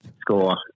Score